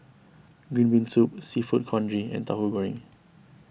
Green Bean Soup Seafood Congee and Tahu Goreng